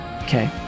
Okay